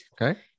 Okay